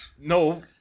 No